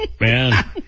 man